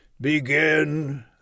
Begin